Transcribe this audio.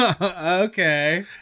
okay